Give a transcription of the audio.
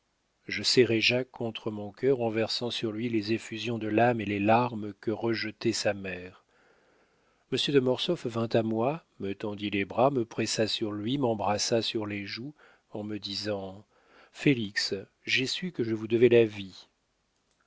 je serrai jacques contre mon cœur en versant sur lui les effusions de l'âme et les larmes que rejetait sa mère monsieur de mortsauf vint à moi me tendit les bras me pressa sur lui m'embrassa sur les joues en me disant félix j'ai su que je vous devais la vie